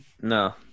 No